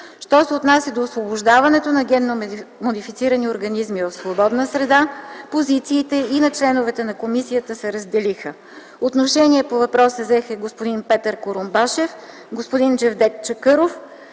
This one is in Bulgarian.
Що се отнася до освобождаването на генно модифицирани организми в свободна страна, позициите и на членовете на комисията се разделиха. Отношение по въпроса взеха господин Петър Курумбашев, господин Джевдет Чакъров,